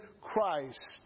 Christ